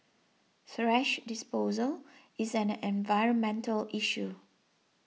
thrash disposal is an environmental issue